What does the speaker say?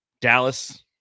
Dallas